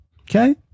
Okay